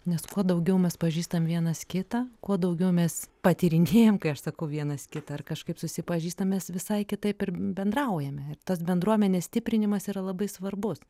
nes kuo daugiau mes pažįstam vienas kitą kuo daugiau mes patyrinėjam kai aš sakau vienas kitą ar kažkaip susipažįstam mes visai kitaip ir bendraujame ir tas bendruomenės stiprinimas yra labai svarbus